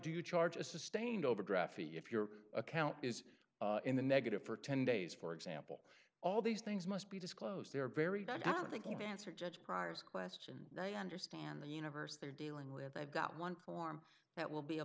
you charge a sustained overdraft fee if your account is in the negative for ten days for example all these things must be disclosed they're very bad i think you've answered judge prior's question and i understand the universe they're dealing with i've got one form that will be